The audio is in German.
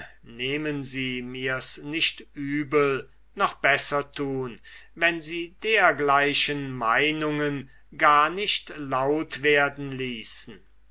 nehmen sie mirs nicht übel noch besser tun wenn sie dergleichen meinungen gar nicht laut werden ließen